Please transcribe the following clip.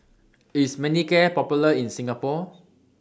IS Manicare Popular in Singapore